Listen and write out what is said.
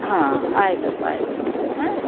ಹಾಂ ಆಯಿತಪ್ಪ ಆಯ್ತು ಮತ್ತೆ ಹಾಂ